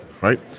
right